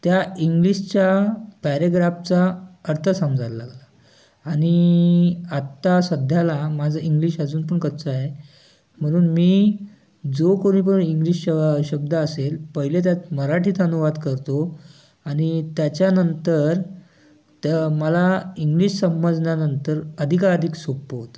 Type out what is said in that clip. त्या इंग्लिशच्या पॅरेग्राफचा अर्थ समजायला लागला आणि आत्ता सध्याला माझं इंग्लिश अजून पण कच्चं आहे म्हणून मी जो कोणी पण इंग्लिश श शब्द असेल पहिले त्यात मराठीत अनुवाद करतो आणि त्याच्यानंतर त्या मला इंग्लिश समजल्यानंतर अधिकाधिक सोपं होतं